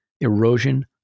erosion